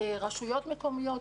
רשויות מקומיות,